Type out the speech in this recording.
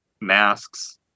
masks